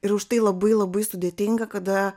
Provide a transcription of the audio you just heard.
ir užtai labai labai sudėtinga kada